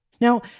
Now